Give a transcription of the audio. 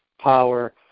power